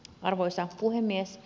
arvoisa puhemies